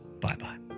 Bye-bye